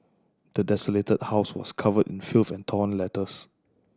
the desolated house was covered in filth and torn letters